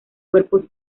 cuerpos